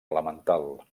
elemental